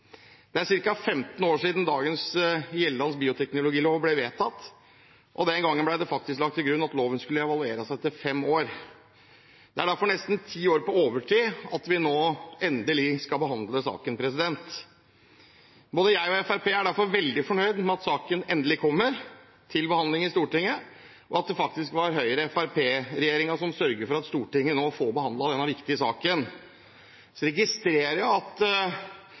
Det er ca. 15 år siden dagens gjeldende bioteknologilov ble vedtatt. Den gangen ble det faktisk lagt til grunn at loven skulle evalueres etter fem år. Det er derfor nesten ti år på overtid at vi nå endelig skal behandle saken. Både jeg og Fremskrittspartiet er derfor veldig fornøyd med at saken endelig kommer til behandling i Stortinget, og at det faktisk er Høyre–Fremskrittsparti–Venstre-regjeringen som sørger for at Stortinget nå får behandlet denne viktige saken. Jeg registrerer at